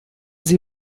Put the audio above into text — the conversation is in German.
sie